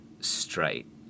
straight